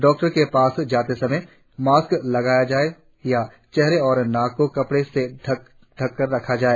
doctor के पास जाते समय मासक लगाया जाए या चेहरे और नाक को कपड़े से ढक कर रखा जाए